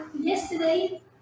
Yesterday